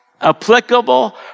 applicable